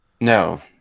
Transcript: No